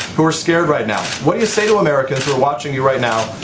who are scared right now. what you say to americans who are watching you right now.